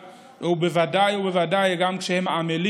ובוודאי ובוודאי גם כשהם עמלים